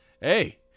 Hey